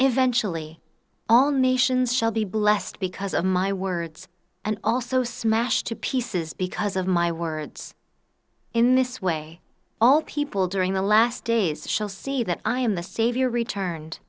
eventually all nations shall be blessed because of my words and also smashed to pieces because of my words in this way all people during the last days shall see that i am the savior returned